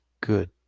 good